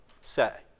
say